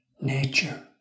nature